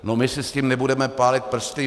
No my si s tím nebudeme pálit prsty.